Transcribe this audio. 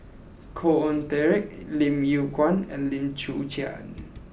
Khoo Oon Teik Lim Yew Kuan and Lim Chwee Chian